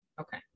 Okay